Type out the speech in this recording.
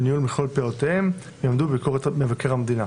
וניהול מכלול פעילויותיהם יעמדו בביקורת מבקר המדינה,